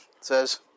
says